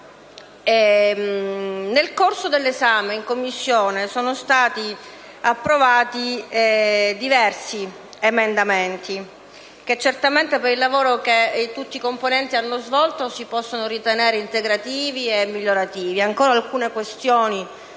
Nel corso dell'esame in Commissione sono stati approvati diversi emendamenti, che certamente - per il lavoro che tutti i componenti hanno svolto - si possono ritenere integrativi e migliorativi. Alcune questioni